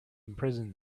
imprison